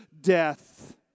death